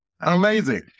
Amazing